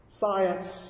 science